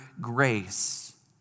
grace